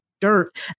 dirt